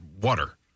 water